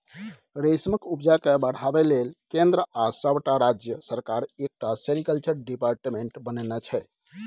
रेशमक उपजा केँ बढ़ाबै लेल केंद्र आ सबटा राज्य सरकार एकटा सेरीकल्चर डिपार्टमेंट बनेने छै